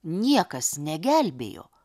niekas negelbėjo